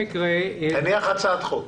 תניח הצעת חוק.